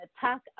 talk